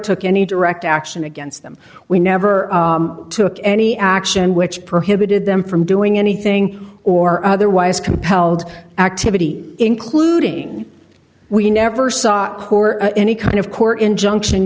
took any direct action against them we never took any action which prohibited them from doing anything or otherwise compelled activity including we never saw any kind of court injunction